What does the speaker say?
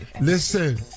Listen